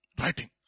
writing